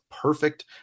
perfect